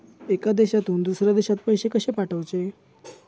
एका देशातून दुसऱ्या देशात पैसे कशे पाठवचे?